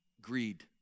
Greed